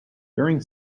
during